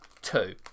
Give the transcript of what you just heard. two